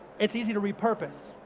it's easy to repurpose.